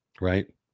right